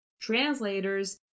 translators